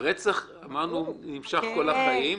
הרצח אמרנו שנמשך כל החיים,